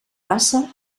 passa